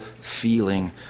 feeling